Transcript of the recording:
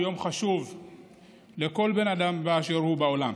הוא יום חשוב לכל בן אדם באשר הוא בעולם.